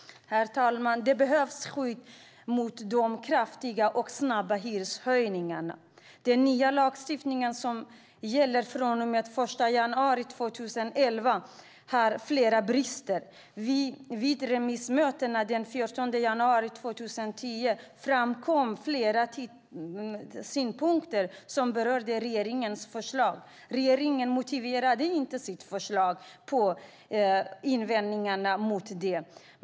Herr talman! Det behövs för det första skydd mot de kraftiga och snabba hyreshöjningarna. Den nya lagstiftning som gäller från den 1 januari 2011 har flera brister. Vid remissmötet den 14 januari 2010 framkom flera synpunkter som berörde regeringens förslag. Regeringen motiverade inte sitt förslag och kommenterade inte invändningarna mot det.